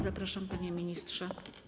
Zapraszam, panie ministrze.